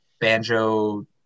Banjo